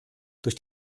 durch